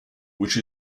which